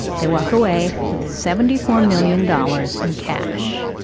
they walk away with seventy four million dollars in cash.